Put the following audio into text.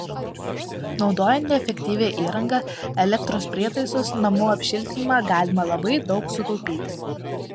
naudojant efektyvią įrangą elektros prietaisus namų apšiltinimą galima labai daug sutaupyti